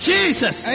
Jesus